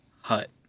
hut